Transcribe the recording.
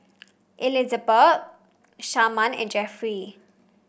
Elizabet Sharman and Jeffrey